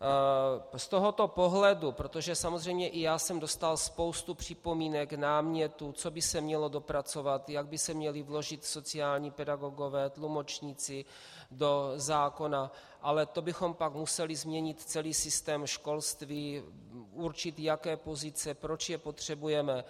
Z tohoto pohledu, protože samozřejmě i já jsem dostal spoustu připomínek, námětů, co by se mělo dopracovat, jak by se měli vložit sociální pedagogové, tlumočníci do zákona, ale to bychom pak museli změnit celý systém školství, určit, jaké pozice, proč je potřebujeme.